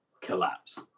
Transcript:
collapse